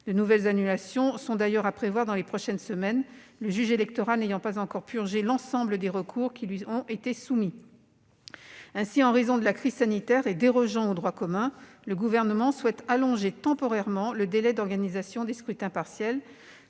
De nouvelles annulations sont d'ailleurs à prévoir dans les prochaines semaines, le juge électoral n'ayant pas encore « purgé » l'ensemble des recours qui lui ont été soumis. Ainsi, en raison de la crise sanitaire, et dérogeant au droit commun, le Gouvernement souhaite allonger temporairement le délai d'organisation des scrutins partiels